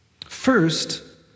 First